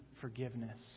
forgiveness